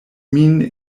min